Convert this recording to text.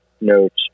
notes